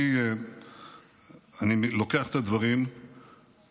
אני לוקח את הדברים אליי,